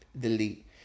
delete